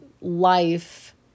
life